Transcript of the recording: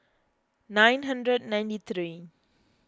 nine hundred ninety three